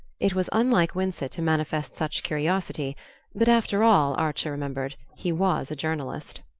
it was unlike winsett to manifest such curiosity but after all, archer remembered, he was a journalist.